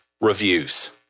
reviews